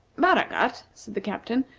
baragat, said the captain,